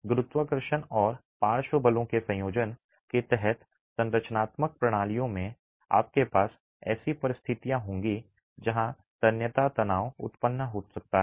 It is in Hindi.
गुरुत्वाकर्षण और पार्श्व बलों के संयोजन के तहत संरचनात्मक प्रणालियों में आपके पास ऐसी परिस्थितियां होंगी जहां तन्यता तनाव उत्पन्न हो सकता है